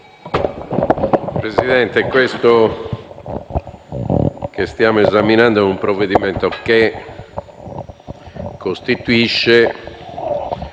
Presidente, questo che stiamo esaminando è un provvedimento che costituisce